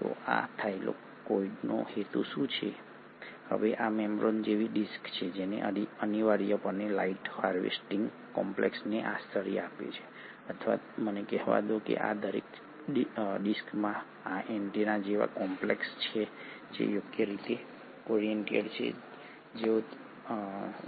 તો આ થાઇલેકોઇડનો હેતુ શું છે હવે આ મેમ્બ્રેન જેવી ડિસ્ક છે જે અનિવાર્યપણે લાઇટ હાર્વેસ્ટિંગ કોમ્પ્લેક્સને આશ્રય આપે છે અથવા મને કહેવા દો કે આ દરેક ડિસ્કમાં આ એન્ટેના જેવા કોમ્પ્લેક્સ છે જે યોગ્ય રીતે ઓરિએન્ટેડ છે